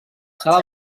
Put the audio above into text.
sala